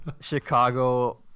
Chicago